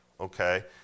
okay